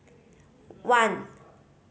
one